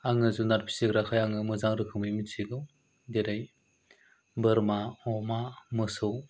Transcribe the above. आङो जुनाद फिसिग्राखाय आङो मोजां रोखोमै मिथिगौ जेरै बोरमा अमा मोसौ